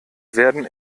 werden